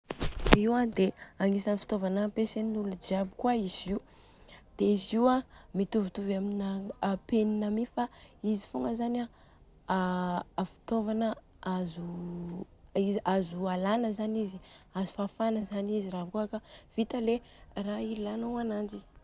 Io an dia agnisany fitaovana ampiasain'olojiaby kôa izy io. Dia izy io a mitovitovy amina penina mi fa izy fogna zany an fitaovana azo alana zany izy. Azo fafana zany izy raha kôa ka vita le raha ilanô ananjy.